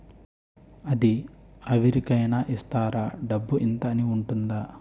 అది అవరి కేనా ఇస్తారా? డబ్బు ఇంత అని ఉంటుందా?